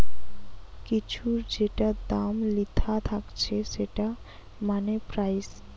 কিছুর যেটা দাম লিখা থাকছে সেটা মানে প্রাইস